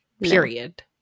Period